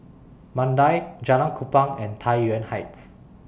Mandai Jalan Kupang and Tai Yuan Heights